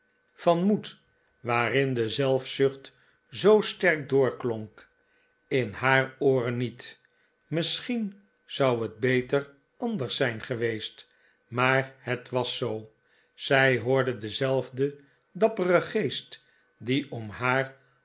van moed waarin de zelfzucht zoo sterk doorklonk in haar ooren niet misschien zou het beter anders zijn geweest maar het was zoo zij hoorde denzelfden dapperen geest die om haar